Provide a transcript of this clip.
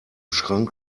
schrank